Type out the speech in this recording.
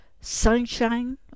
sunshine